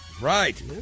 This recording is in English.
Right